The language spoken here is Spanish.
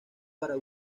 para